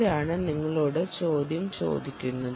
ആരാണ് നിങ്ങളോട് ചോദ്യം ചോദിക്കുന്നത്